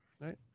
Right